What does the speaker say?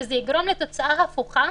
וזה יגרום לתוצאה הפוכה,